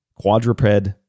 Quadruped